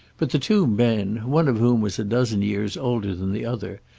but the two men, one of whom was a dozen years older than the other,